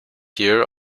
here